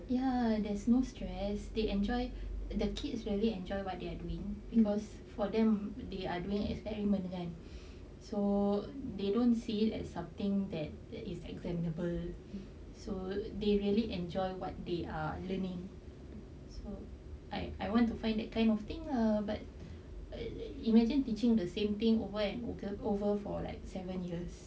ya there's no stress they enjoy the kids really enjoy what they are doing because for them they are doing experiment kan so they don't see it as something that is examinable so they really enjoy what they are learning so I I wanted to find that kind of thing lah but imagine teaching the same thing over and over for like seven years